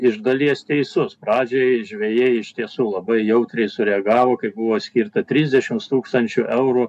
iš dalies teisus pradžiai žvejai iš tiesų labai jautriai sureagavo kai buvo skirta trisdešims tūkstančių eurų